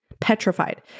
petrified